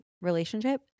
relationship